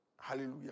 Hallelujah